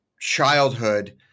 childhood